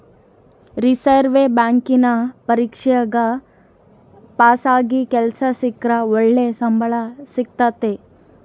reserve ಬ್ಯಾಂಕಿನ ಪರೀಕ್ಷೆಗ ಪಾಸಾಗಿ ಕೆಲ್ಸ ಸಿಕ್ರ ಒಳ್ಳೆ ಸಂಬಳ ಸಿಕ್ತತತೆ